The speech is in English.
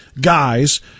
guys